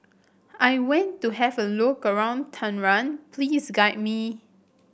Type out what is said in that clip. I want to have a look around Tehran please guide me